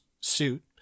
suit